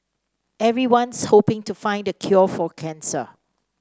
everyone's hoping to find the cure for cancer